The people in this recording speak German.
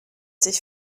sich